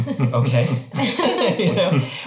okay